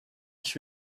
ich